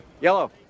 Yellow